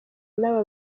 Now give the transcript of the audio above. n’aba